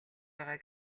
байгаа